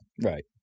Right